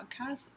podcast